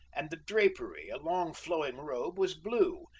and the drapery, a long flowing robe, was blue,